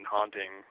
Haunting